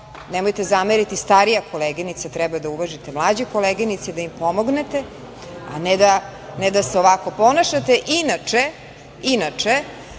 nemojte zameriti, starija koleginica treba da uvažite mlađe koleginice i da im pomognete, a ne da se ovako ponašate. Inače, jako